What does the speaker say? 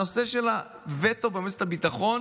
הנושא של הווטו במועצת הביטחון